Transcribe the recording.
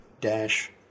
dash